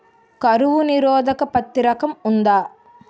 కరువు నిరోధక పత్తి రకం ఉందా?